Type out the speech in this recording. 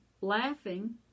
laughing